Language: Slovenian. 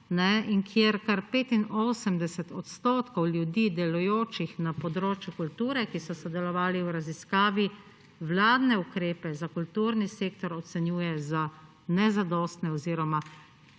in kjer kar 85 odstotkov ljudi, delujočih na področju kulture, ki so sodelovali v raziskavi, vladne ukrepe za kulturni sektor ocenjuje za nezadostne oziroma